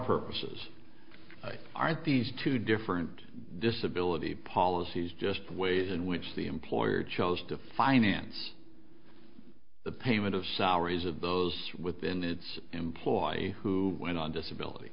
those are these two different disability policies just ways in which the employer chose to finance the payment of salaries of those within its employee who went on disability